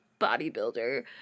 bodybuilder